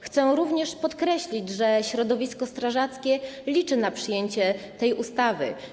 Chcę również podkreślić, że środowisko strażackie liczy na przyjęcie tej ustawy.